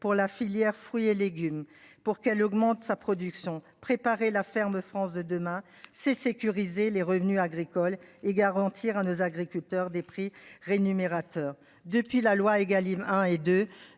pour la filière fruits et légumes pour qu'elle augmente sa production, préparer la ferme France de demain c'est sécuriser les revenus agricoles et garantir à nos agriculteurs des prix rémunérateurs depuis la loi Egalim hein.